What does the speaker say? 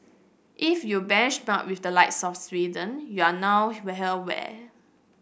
if you benchmark with the likes of Sweden we're now